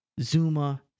Zuma